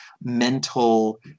mental